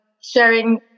sharing